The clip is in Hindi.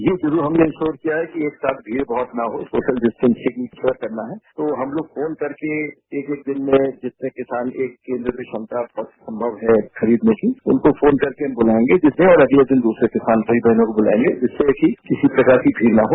यह जरूर हमने इंस्योर किया है कि एक साथ भीड़ न हो सोशल डिस्टेंगिंग श्योर करना है तो हम तोग ं फोन करके एक एक दिन में जिसमें किसान एक केन्द्र की क्षमता संभव है खरीदने की उनको फोन करके बुलायेंगे और अगले दिन दूसरे किसान भाई बहनों को बुलायेंगे जिससे कि किसी प्रकार की भीड़ न हो